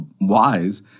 wise